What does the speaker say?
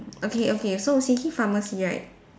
okay okay so city pharmacy right